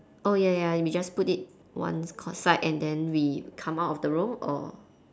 oh ya ya we just put it one cor~ side and then we come out of the room or